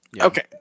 Okay